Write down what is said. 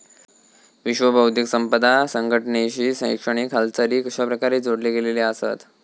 विश्व बौद्धिक संपदा संघटनेशी शैक्षणिक हालचाली कशाप्रकारे जोडले गेलेले आसत?